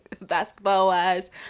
Basketball-wise